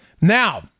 Now